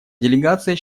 делегация